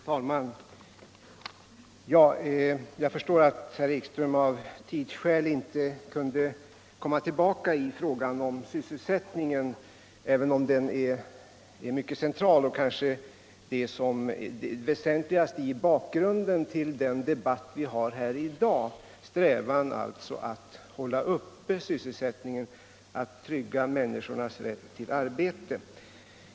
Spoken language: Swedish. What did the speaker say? Herr talman! Jag förstår att herr Ekström av tidsskäl inte kunde komma tillbaka i frågan om sysselsättningen, även om den är mycket väsentlig. Bakgrunden till den debatt vi har här i dag är strävan att hålla sysselsättningen uppe, att trygga människornas rätt till arbete.